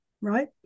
right